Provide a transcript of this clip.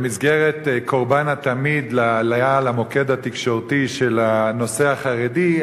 במסגרת "קורבן התמיד" להעלאה על המוקד התקשורתי של הנושא החרדי,